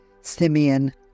Simeon